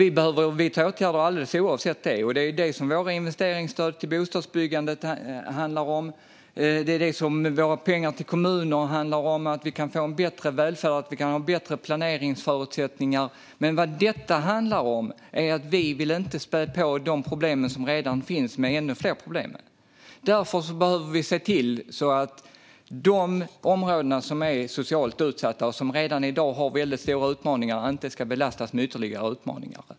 Vi behöver vidta åtgärder oavsett detta, och det är det som våra investeringsstöd till bostadsbyggande och våra pengar till kommuner handlar om - att vi kan få en bättre välfärd och bättre planeringsförutsättningar. Men vad detta handlar om är att vi inte vill spä på de problem som redan finns med ännu fler. Därför behöver vi se till att de socialt utsatta områdena, som redan i dag har väldigt stora utmaningar, inte belastas ytterligare.